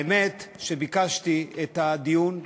האמת, ביקשתי את הדיון,